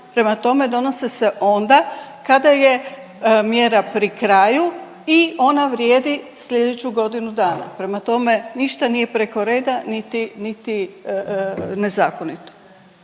Prema tome, donose se onda kada je mjera pri kraju i ona vrijedi slijedeću godinu dana, prema tome ništa nije preko reda, niti, niti nezakonito.